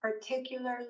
particularly